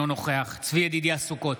אינו נוכח צבי ידידיה סוכות,